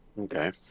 Okay